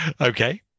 Okay